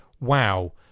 wow